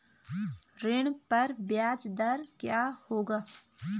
ऋण पर ब्याज दर क्या होगी?